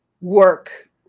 work